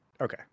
Okay